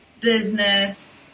business